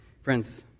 Friends